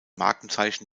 markenzeichen